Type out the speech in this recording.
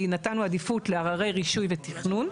כי נתנו עדיפות לעררי רישוי ותכנון.